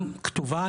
כתובה,